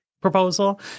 proposal